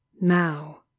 Now